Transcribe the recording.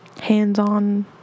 Hands-on